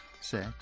set